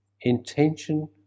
intention